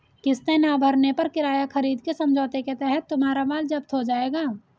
किस्तें ना भरने पर किराया खरीद के समझौते के तहत तुम्हारा माल जप्त हो जाएगा